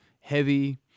heavy